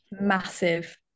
massive